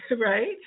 right